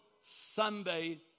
Sunday